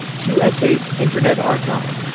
two essays internet archive.